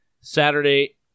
Saturday